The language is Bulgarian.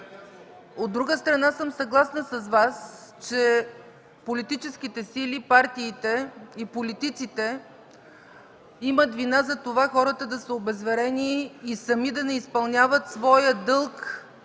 От друга страна, съм съгласна с Вас, че политическите сили, партиите и политиците имат вина за това хората да са обезверени и сами да не изпълняват своя дълг,